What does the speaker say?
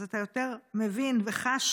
אז אתה יותר מבין וחש